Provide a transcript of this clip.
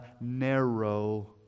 narrow